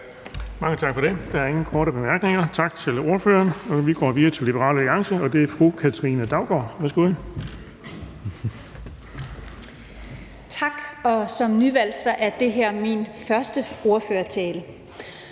Mange tak for det. Der er ingen korte bemærkninger. Tak til ordføreren. Vi går videre til Liberal Alliance, og det er fru Katrine Daugaard. Værsgo. Kl. 14:47 (Ordfører) Katrine